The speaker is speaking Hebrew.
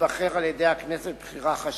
שייבחר על-ידי הכנסת בבחירה חשאית,